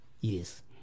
Yes